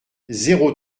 zéro